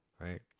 right